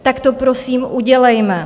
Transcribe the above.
Tak to, prosím, udělejme.